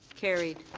carried.